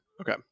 okay